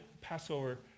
Passover